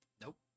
Nope